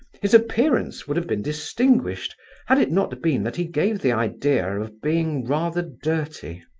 his appearance would have been distinguished had it not been that he gave the idea of being rather dirty.